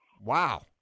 Wow